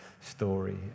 story